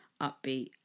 upbeat